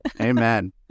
Amen